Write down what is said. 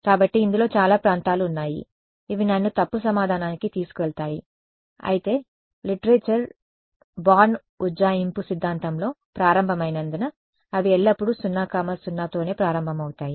కాబట్టి ఇందులో చాలా ప్రాంతాలు ఉన్నాయి ఇవి నన్ను తప్పు సమాధానానికి తీసుకెళ్తాయి అయితే లిటరేచర్ బార్న్ ఉజ్జాయింపు సిద్ధాంతంతో ప్రారంభమైనందున అవి ఎల్లప్పుడూ 0 0 తోనే ప్రారంభమవుతాయి